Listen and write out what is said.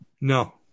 No